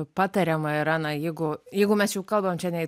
patariama yra na jeigu jeigu mes jau kalbam čia ne